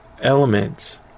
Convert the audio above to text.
elements